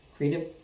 creative